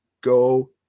go